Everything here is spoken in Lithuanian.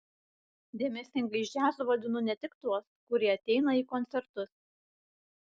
dėmesingais džiazui vadinu ne tik tuos kurie ateina į koncertus